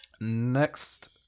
Next